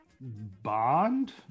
Bond